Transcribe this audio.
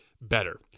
better